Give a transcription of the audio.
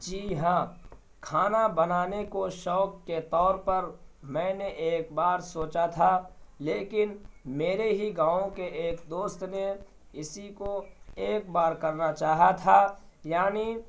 جی ہاں کھانا بنانے کو شوق کے طور پر میں نے ایک بار سوچا تھا لیکن میرے ہی گاؤں کے ایک دوست نے اسی کو ایک بار کرنا چاہا تھا یعنی